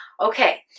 okay